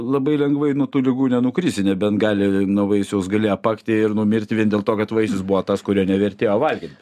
labai lengvai nuo tų ligų nenukrisi nebent gali nuo vaisiaus gali apakti ir numirti vien dėl to kad vaisius buvo tas kurio nevertėjo valgyt